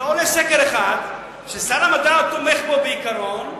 שקל אחד, ששר המדע תומך בו, בעיקרון,